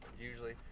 usually